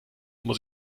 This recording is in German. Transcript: muss